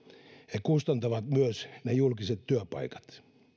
he kustantavat myös ne julkiset työpaikat